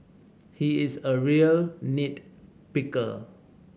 he is a real nit picker